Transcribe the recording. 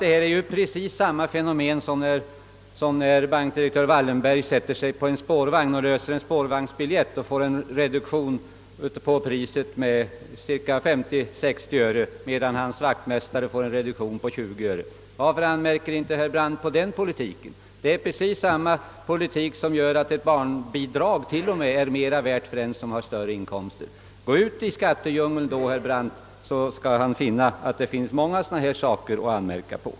Detta är ju precis samma fenomen som då bankdirektör Wallenberg sätter sig på en spårvagn och löser en spårvagnsbiljett och får en reduktion på priset med 50 å 60 öre, medan hans vaktmästare får en reduktion med bara 20 öre. Varför anmärker inte herr Brandt på den politiken? Det är alldeles samma förhållande som gör att ett barnbidrag faktiskt är mera värt för en person med större inkomster. Gå ut i skattedjungeln, herr Brandt, så skall ni finna att det finns många sådana saker att anmärka på.